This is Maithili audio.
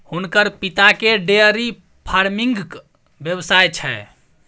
हुनकर पिताकेँ डेयरी फार्मिंगक व्यवसाय छै